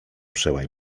przełaj